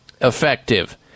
effective